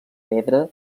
pedra